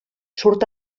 surt